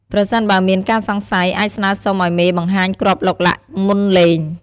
ប្រសិនបើមានការសង្ស័យ អាចស្នើសុំឱ្យមេបង្ហាញគ្រាប់ឡុកឡាក់មុនលេង។